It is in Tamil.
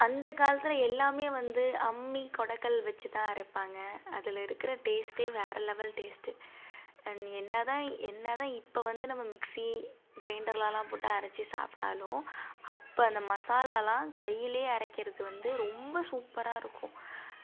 அந்தக் காலத்தில் எல்லாமே வந்து அம்மி கொடைக்கல் வச்சுத்தான் அரைப்பாங்க அதில் இருக்கிற டேஸ்டே வேறு லெவல் டேஸ்ட் நீ என்னாதான் என்னாதான் இப்போ நம்ம வந்து மிக்ஸி கிரைண்டர்லெலாம் போட்டு அரைத்து சாப்பிட்டாலும் அப்போ அந்த மசாலாலெலாம் கையிலே அரைக்கிறது வந்து ரொம்ப சூப்பராக இருக்கும்